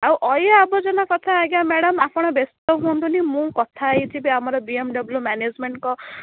ଆଉ ଅଳିଆ ଆବର୍ଜନା କଥା ଆଜ୍ଞା ମ୍ୟାଡ଼ାମ୍ ଆପଣ ବ୍ୟସ୍ତ ହୁଅନ୍ତୁନି ମୁଁ କଥା ହେଇଥିବି ଆମର ବି ଏମ୍ ଡବ୍ଲୁ ମ୍ୟାନେଜମେଣ୍ଟଙ୍କ